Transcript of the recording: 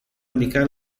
indicare